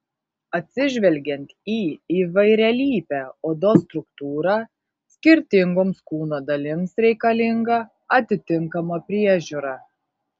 atsižvelgiant į įvairialypę odos struktūrą skirtingoms kūno dalims reikalinga atitinkama priežiūra